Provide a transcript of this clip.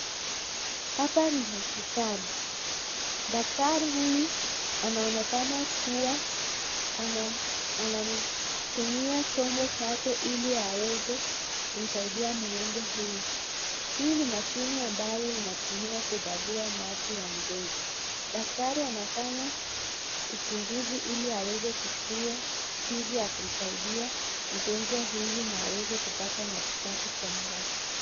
Hapa ni hospitali ,daktari huyu anaonekana kuwa anatumia chombo chake ili aweze kumsaidia mgonjwa huyu ,hii ni mashini ambayo inatumiwa kukagua macho ya mgonjwa , daktari anafanya uchunguzi ili aweze kujua jinsi ya kumsaidia mgonjwa huyu na aweze kupata matibabu kwa haraka.